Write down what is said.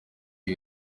iyi